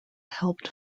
helped